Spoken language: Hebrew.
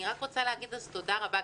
אני רוצה להגיד תודה רבה.